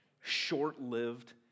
short-lived